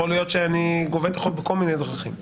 יכול להיות שאני גובה את החוב בכל מיני דרכים.